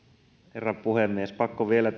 herra puhemies pakko vielä